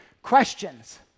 Questions